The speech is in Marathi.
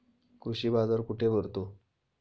कृषी बाजार कुठे भरतो?